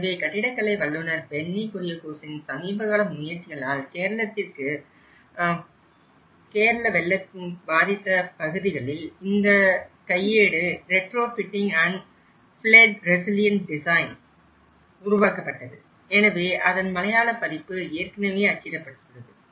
எனவே கட்டிடக்கலை வல்லுநர் பென்னி குரியகோஸின் சமீபகால முயற்சிகளால் கேரள வெள்ளத்திற்கு பிறகு கேரளாவில் வெள்ளம் பாதித்த பகுதிகளில் இந்த கையேடு retrofitting and flood resilient design உருவாக்கப்பட்டது அதன் மலையாள பதிப்பு ஏற்கனவே அச்சிடப்பட்டுள்ளது